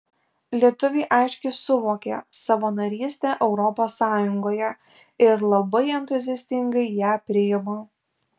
lietuviai aiškiai suvokė savo narystę europos sąjungoje ir labai entuziastingai ją priima